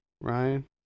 Ryan